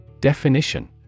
Definition